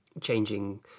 changing